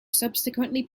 subsequently